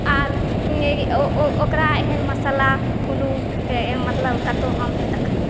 आओर ओकरा एहन मसाला कोनो मतलब कतहु हम नहि देखलहुँ हेँ